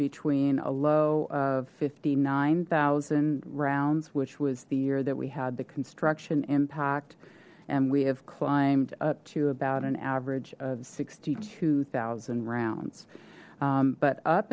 between a low of fifty nine thousand rounds which was the year that we had the construction impact and we have climbed up to about an average of sixty two thousand rounds but up